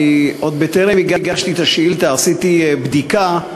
עוד בטרם הגשתי את השאילתה עשיתי בדיקה,